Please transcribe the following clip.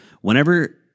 whenever